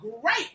great